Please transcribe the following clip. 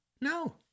No